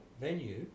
venue